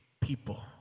people